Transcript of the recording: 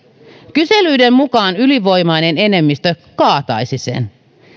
kyselyiden mukaan ylivoimainen enemmistö kaataisi sen